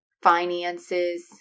finances